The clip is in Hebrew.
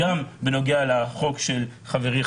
גם בנוגע לחוק של חברי,